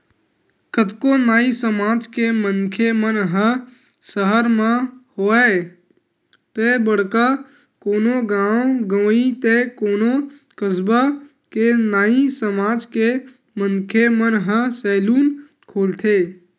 कतको नाई समाज के मनखे मन ह सहर म होवय ते बड़का कोनो गाँव गंवई ते कोनो कस्बा के नाई समाज के मनखे मन ह सैलून खोलथे